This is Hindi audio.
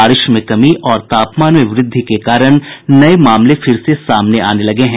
बारिश में कमी और तापमान में वृद्धि के कारण नये मामले फिर से सामने आने लगे हैं